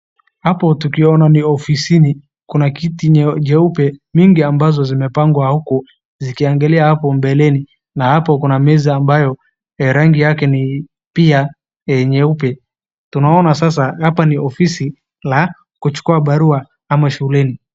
Ni ofisini kuna kiti nyeupe nyingi zimepangwa hapo zikiangalia mbeleni na hapo kuna meza ambayo rangi yake pia ni nyeupe. Ni ofisi la kuchukua barua ama shuleni.